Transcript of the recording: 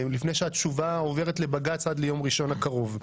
לפני שהתשובה עוברת לבג"ץ עד יום ראשון הקרוב.